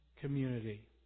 community